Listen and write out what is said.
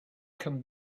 come